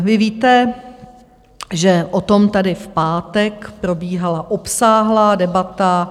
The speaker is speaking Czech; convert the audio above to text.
Vy víte, že o tom tady v pátek probíhala obsáhlá debata.